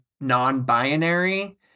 non-binary